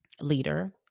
leader